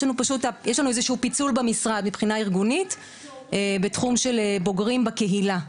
יש לנו פיצול במשרד מבחינה ארגונית בתחום של בוגרים בקהילה,